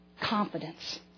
confidence